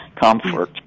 comfort